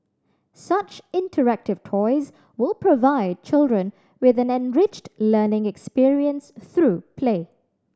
such interactive toys will provide children with an enriched learning experience through play